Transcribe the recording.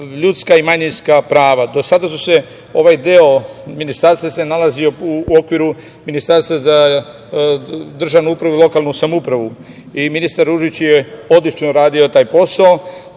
ljudska i manjinska prava. Do sada se ovaj deo ministarstva nalazio u okviru Ministarstva za državnu upravu i lokalnu samoupravu i ministar Ružić je odlično radio taj posao,